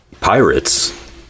Pirates